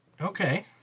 Okay